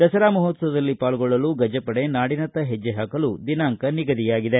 ದಸರಾ ಮಹೋತ್ಸವದಲ್ಲಿ ಪಾಲ್ಗೊಳ್ಳಲು ಗಜಪಡೆ ನಾಡಿನತ್ತ ಹೆಜ್ಜೆ ಹಾಕಲು ದಿನಾಂಕ ನಿಗದಿಯಾಗಿದೆ